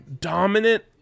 dominant